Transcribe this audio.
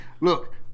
Look